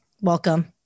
welcome